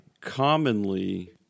commonly